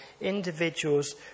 individuals